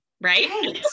Right